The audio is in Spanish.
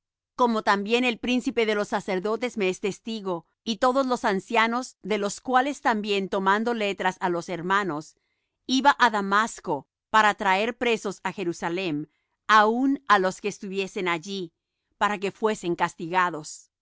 como también el príncipe de los sacerdotes me es testigo y todos los ancianos de los cuales también tomando letras á los hermanos iba á damasco para traer presos á jerusalem aun á los que estuviesen allí para que fuesen castigados